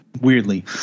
weirdly